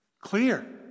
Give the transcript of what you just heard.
Clear